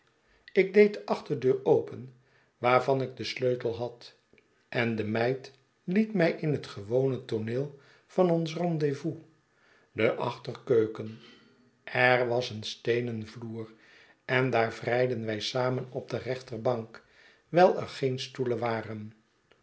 ik deed de achterdeur open waarvan ik den sleutel had en de meid liet mij in het gewone tooneel van ons rendez-vous de achterkeuken er was een steenenvloer en daar vrijden wij samen op de rechtbank wijl er geen stoelen waren